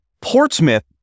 Portsmouth